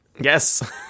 yes